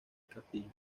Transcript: castillo